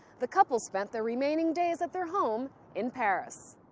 the couple spent the remaining days at their home in paris.